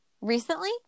Recently